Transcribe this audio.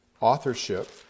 authorship